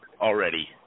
already